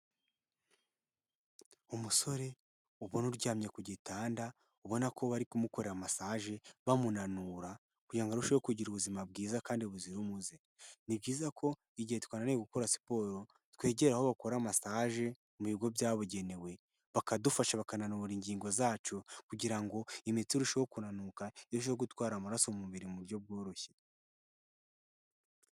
Umusore ubona uryamye ku gitanda, ubona ko bari kumukorera masaje bamunanura kugira ngo arusheho kugira ubuzima bwiza kandi buzira umuze. Ni byiza ko igihe twananiwe gukora siporo, twegera aho bakora masaje mu bigo byabugenewe, bakadufasha bakananura ingingo zacu kugira ngo imiti irusheho kunanuka, irusheho gutwara amaraso mu mubiri mu buryo bworoshye.